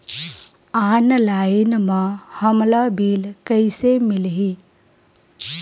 Online म हमला bill कइसे मिलही?